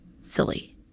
silly